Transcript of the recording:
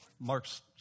Marks